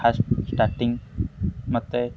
first starting ମୋତେ